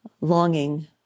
longing